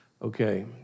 Okay